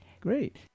Great